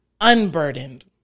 unburdened